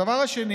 הדבר השני